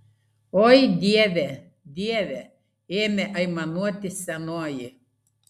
oi dieve dieve ėmė aimanuoti senoji